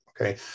Okay